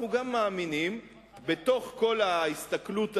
אנחנו גם מאמינים בתוך כל ההסתכלות הזאת,